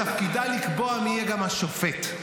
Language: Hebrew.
-- שתפקידה לקבוע גם מי יהיה השופט.